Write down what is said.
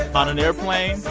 on an airplane,